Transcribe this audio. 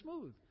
smooth